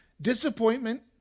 Disappointment